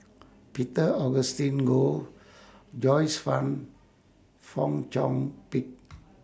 Peter Augustine Goh Joyce fan Fong Chong Pik